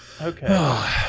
Okay